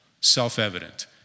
self-evident